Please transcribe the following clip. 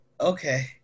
Okay